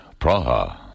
Praha